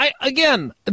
again